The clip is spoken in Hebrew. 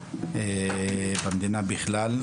במדינה בכלל,